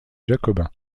jacobins